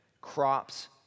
Crops